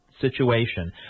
situation